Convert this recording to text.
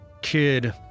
kid